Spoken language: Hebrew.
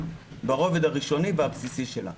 ברובד הראשוני והבסיסי שלה.